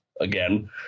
again